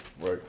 Right